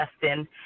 Justin